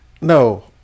No